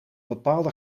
bepaalde